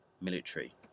military